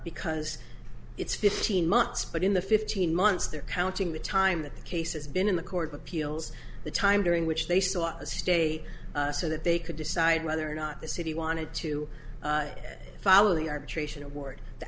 because it's fifteen months but in the fifteen months they're counting the time that the case has been in the court of appeals the time during which they saw as state so that they could decide whether or not the city wanted to follow the arbitration award the